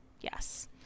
Yes